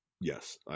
yes